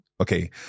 Okay